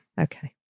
okay